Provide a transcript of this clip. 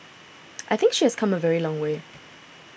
I think she has come a very long way